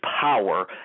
power